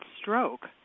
stroke